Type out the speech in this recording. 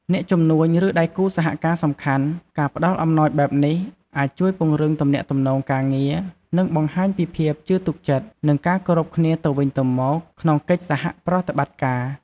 អ្នកជំនួញ ឬដៃគូសហការសំខាន់ការផ្តល់អំណោយបែបនេះអាចជួយពង្រឹង ទំនាក់ទំនងការងារ និងបង្ហាញពីភាពជឿទុកចិត្ត និងការគោរពគ្នាទៅវិញទៅមកក្នុងកិច្ចសហប្រតិបត្តិការ។